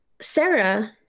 Sarah